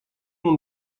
long